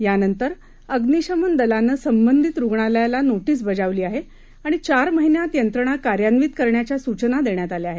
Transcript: यानंतर अग्निशमन दलानं संबंधित रुग्णालयाला नोटीस बजावली आहे आणि चार महिन्यांत यंत्रणा कार्यान्वित करण्याच्या सूचना दिल्या आहेत